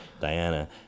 Diana